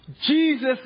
Jesus